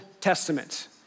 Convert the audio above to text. Testament